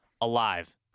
alive